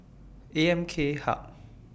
A M K Hub